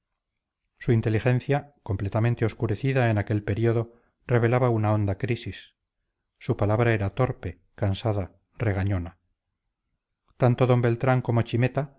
su inteligencia completamente obscurecida en aquel período revelaba una honda crisis su palabra era torpe cansada regañona tanto d beltrán como chimeta